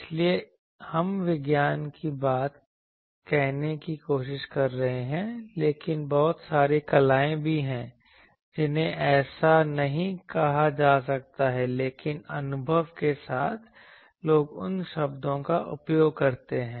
इसलिए हम विज्ञान की बात कहने की कोशिश कर रहे हैं लेकिन बहुत सारी कलाएं भी हैं जिन्हें ऐसा नहीं कहा जा सकता है लेकिन अनुभव के साथ लोग उन शब्दों का उपयोग करते हैं